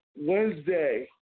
Wednesday